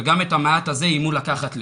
וגם את המעט הזה איימו לקחת לי.